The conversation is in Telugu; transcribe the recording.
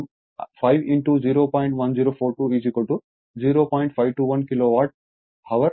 521 కిలోవాట్ హవర్ వస్తుంది